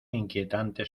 inquietante